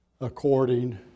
according